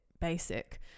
basic